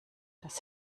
das